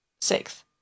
Sixth